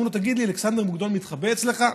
אומרים לו: תגיד, אלכסנדר מוקדון מתחבא אצלך?